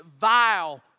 vile